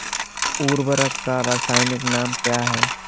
उर्वरक का रासायनिक नाम क्या है?